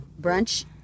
brunch